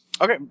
Okay